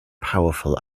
powerful